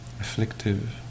afflictive